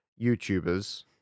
youtubers